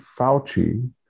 Fauci